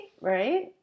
right